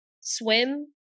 swim